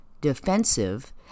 defensive